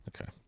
Okay